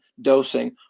dosing